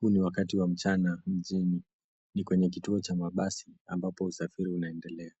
Huu ni wakati wa mchana mjini. Ni kwenye kituo cha mabasi ambapo usafiri unaendelea.